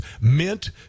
meant